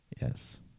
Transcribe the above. Yes